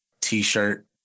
t-shirt